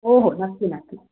हो हो नक्की नक्की